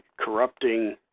corrupting